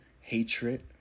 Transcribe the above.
Hatred